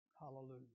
Hallelujah